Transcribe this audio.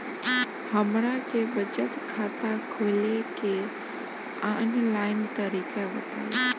हमरा के बचत खाता खोले के आन लाइन तरीका बताईं?